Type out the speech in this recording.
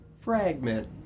fragment